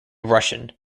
russian